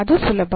ಅದು ಸುಲಭ